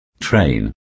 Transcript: train